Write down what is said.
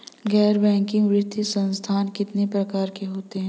गैर बैंकिंग वित्तीय संस्थान कितने प्रकार के होते हैं?